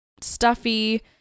stuffy